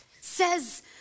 says